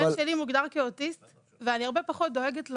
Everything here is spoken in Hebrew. ש’: הבן שלי מוגדר כאוטיסט ואני הרבה פחות דואגת לו,